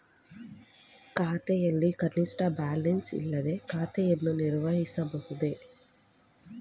ಖಾತೆಯಲ್ಲಿ ಕನಿಷ್ಠ ಬ್ಯಾಲೆನ್ಸ್ ಇಲ್ಲದೆ ಖಾತೆಯನ್ನು ನಿರ್ವಹಿಸಬಹುದೇ?